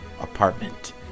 apartment